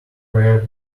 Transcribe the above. rare